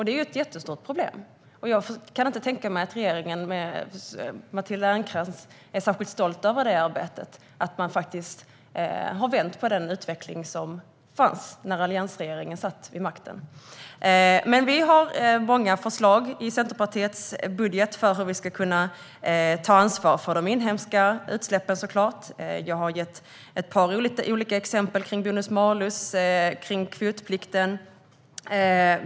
Detta är ett jättestort problem, och jag kan inte tänka mig att regeringen och Matilda Ernkrans är särskilt stolta över att man har vänt den utveckling som fanns när alliansregeringen satt vid makten. I Centerpartiets budget har vi många förslag om hur vi ska kunna ta ansvar för de inhemska utsläppen. Jag har gett ett par olika exempel om bonus-malus och kvotplikten.